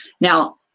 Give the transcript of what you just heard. Now